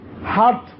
heart